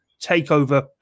takeover